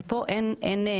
ופה אין...